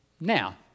Now